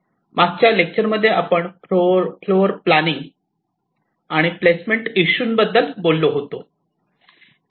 मागच्या लेक्चरमध्ये आपण फ्लोअर प्लॅनिंग आणि प्लेसमेंट इशू बोललो होतो